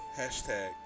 Hashtag